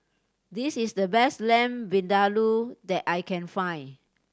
this is the best Lamb Vindaloo that I can find